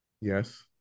Yes